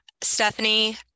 Stephanie